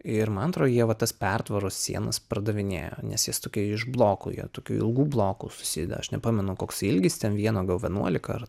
ir man atro jie va tas pertvaros sienas pardavinėjo nes jie su tokie iš blokų jie tokių ilgų blokų susideda aš nepamenu koksai ilgis ten vieno gal vienuolika